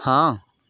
ਹਾਂ